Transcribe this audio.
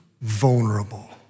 vulnerable